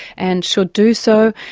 and should do so,